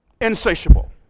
Insatiable